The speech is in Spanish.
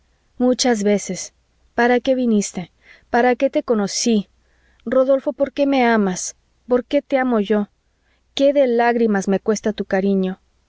muchas veces para qué viniste para qué te conocí rodolfo porqué me amas porqué te amo yo qué de lágrimas me cuesta tu cariño